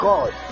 God